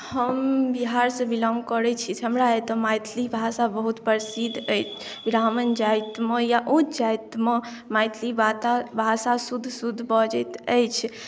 हम बिहारसँ बिलॉन्ग करैत छी हमरा ओतय मैथिली भाषा बहुत प्रसिद्ध अछि ब्राह्मण जातिमे या उच्च जातिमे मैथिली भाषा शुद्ध शुद्ध बजैत अछि